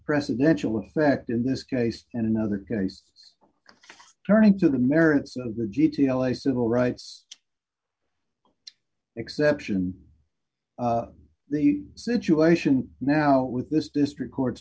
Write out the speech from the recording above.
precedential effect in this case and another case turning to the merits of the g p l a civil rights exception the situation now with this district court's